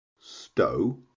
stow